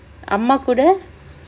அம்மா கூட:amma kooda